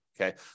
Okay